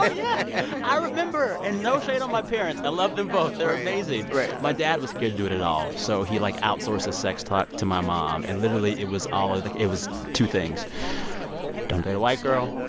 yeah. i remember. and no shade on my parents. i love them both right they're amazing right my dad was scared to do it at all. so he, like, outsources sex talk to my mom. and literally, it was all of like, it was two things don't date a white girl.